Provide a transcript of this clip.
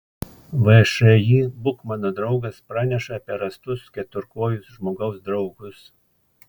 všį būk mano draugas praneša apie rastus keturkojus žmogaus draugus